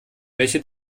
welche